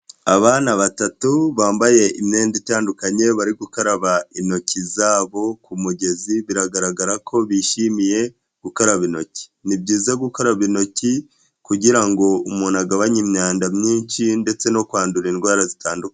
Abana batatu bambaye imyenda itandukanye bari gukaraba intoki zabo ku mugezi, biragaragara ko bishimiye gukaraba intoki. Ni byiza gukaraba intoki kugira ngo umuntu agabanye imyanda myinshi ndetse no kwandura indwara zitandukanye.